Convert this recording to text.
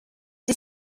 die